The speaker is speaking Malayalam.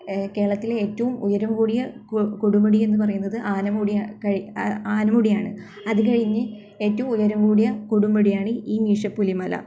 കേരളത്തിലെ ഏറ്റവും ഉയരം കൂടിയ കൊടുമുടി എന്നു പറയുന്നത് ആനമുടി ക ആനമുടിയാണ് അത് കഴിഞ്ഞ് ഏറ്റവും ഉയരം കൂടിയ കൊടുമുടിയാണ് ഈ മീശപ്പുലിമല